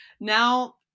Now